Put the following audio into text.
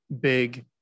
big